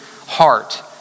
heart